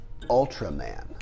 Ultraman